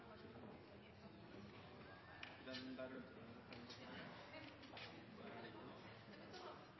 opp der ute